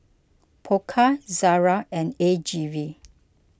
Pokka Zara and A G V